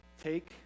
take